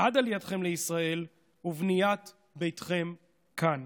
עד עלייתכם לישראל ובניית ביתכם כאן,